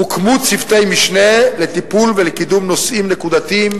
הוקמו צוותי משנה לטיפול ולקידום נושאים נקודתיים,